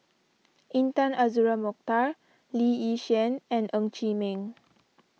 Intan Azura Mokhtar Lee Yi Shyan and Ng Chee Meng